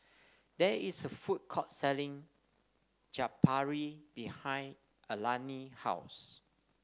there is a food court selling Chaat Papri behind Alani house